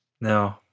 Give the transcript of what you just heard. No